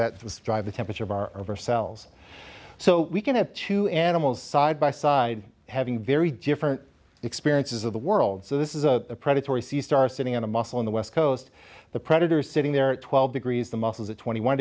that was drive the temperature of our oversells so we can have two animals side by side having very different experiences of the world so this is a predatory sistar sitting on a muscle in the west coast the predator is sitting there at twelve degrees the muscles at twenty one